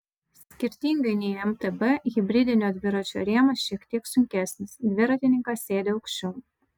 skirtingai nei mtb hibridinio dviračio rėmas šiek tiek sunkesnis dviratininkas sėdi aukščiau